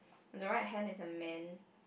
on the right hand there's a man